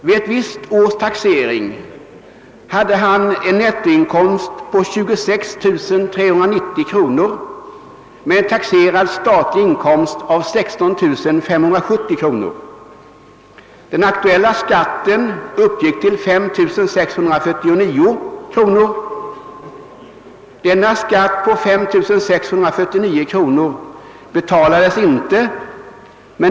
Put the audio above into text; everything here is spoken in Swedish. Vid ett visst års taxering hade han en nettoinkomst på 26 390 kronor med en taxerad statlig inkomst på 16 570 kronor. Den aktuella skatten uppgick till 5649 kronor, och den betalades inte.